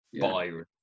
Byron